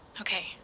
Okay